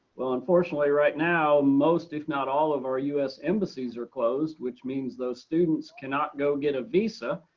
well unfortunately right now most if not all of our u s. embassies are closed, which means those students students cannot go get a visa,